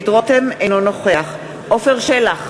אינו נוכח עפר שלח,